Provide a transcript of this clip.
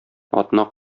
атна